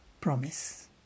promise